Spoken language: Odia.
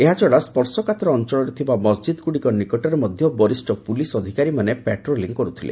ଏହାଛଡ଼ା ସ୍ୱର୍ଶକାତର ଅଞ୍ଚଳରେ ଥିବା ମସଜିଦ୍ଗୁଡ଼ିକ ନିକଟରେ ମଧ୍ୟ ବରିଷ୍ଣ ପୁଲିସ୍ ଅଧିକାରୀମାନେ ପେଟ୍ରୋଲିଂ କରୁଥିଲେ